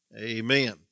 amen